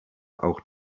auch